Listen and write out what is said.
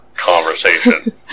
conversation